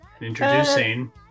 Introducing